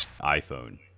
iPhone